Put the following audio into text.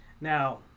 Now